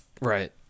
Right